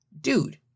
Dude